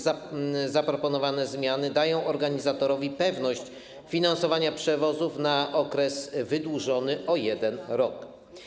Zaproponowane zmiany dają organizatorowi pewność finansowania przewozów na okres wydłużony o rok.